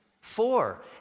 Four